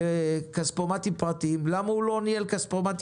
אם קשיש שמרוויח את קצבת הזקנה שלו ואולי איזו פנסיה קטנה,